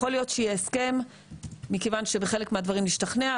יכול להיות שיהיה הסכם מכיוון שבחלק מהדברים נשתכנע,